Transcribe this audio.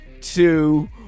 two